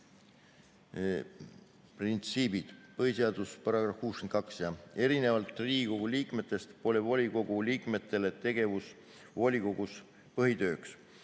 (põhiseaduse § 62). Erinevalt Riigikogu liikmetest pole volikogu liikmetele tegevus volikogus põhitööks.